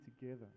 together